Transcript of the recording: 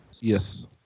Yes